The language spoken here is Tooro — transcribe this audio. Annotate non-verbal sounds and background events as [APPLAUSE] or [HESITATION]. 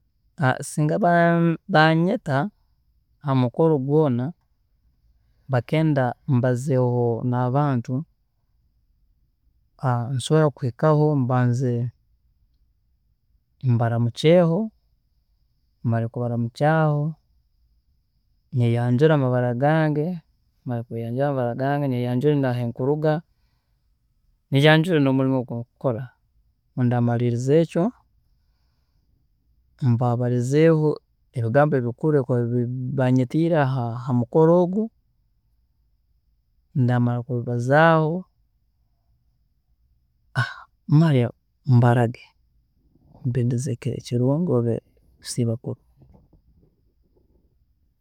Singa ba- banyeta hamukolo gwoona bakenda mbazeeho nabantu, [HESITATION] nsobola kuhikaho mbanze mbaramukyeeho, mare kubaramukyaaho nyeyanjure amabara gange, mare kweyanjura amabara gange nyeyanjure nahi nkuruga nyeyanjure nomulimo ogu nkukora, obu ndamariiriza ekyo, mbabarizeeho ebigambo ebikuru ebi ba- bakuba banyetiire hamukoro ogu, ndamara kubibazaaho, [HESITATION] mare mbarage, mbendeze ekiro kilungi, kusiiba kulungi.